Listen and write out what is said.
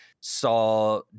saw